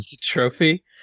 trophy